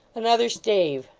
another stave